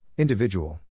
Individual